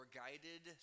guided